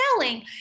selling